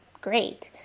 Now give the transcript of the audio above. great